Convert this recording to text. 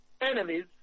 enemies